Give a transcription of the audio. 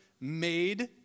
made